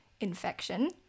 infection